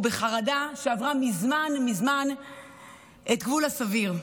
בחרדה שעברה מזמן מזמן את גבול הסביר.